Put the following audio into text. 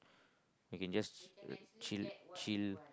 you can just chill chill